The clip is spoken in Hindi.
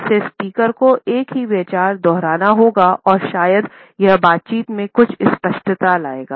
इससे स्पीकर को एक ही विचार दोहराना होगा और शायद यह बातचीत में कुछ स्पष्टता लाएगा